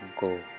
go